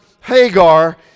Hagar